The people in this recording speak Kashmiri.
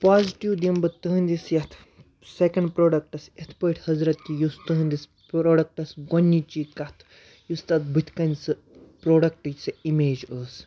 پازٹِو دِمہٕ بہٕ تُہٕنٛدِس یَتھ سٮ۪کٮ۪نٛڈ پرٛوڈَکٹَس اِتھ پٲٹھۍ حضرت کہِ یُس تُہٕنٛدِس پرٛوڈَکٹَس گۄڈنِچی کَتھ یُس تَتھ بٔتھِ کَنۍ سُہ پرٛوڈَکٹٕچ سۄ اِمیج ٲس